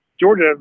Georgia